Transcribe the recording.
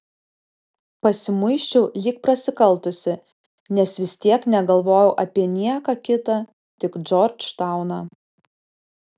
pasimuisčiau lyg prasikaltusi nes vis tiek negalvojau apie nieką kitą tik džordžtauną